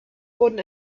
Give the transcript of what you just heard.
wurden